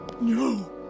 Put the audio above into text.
No